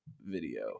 video